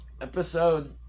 episode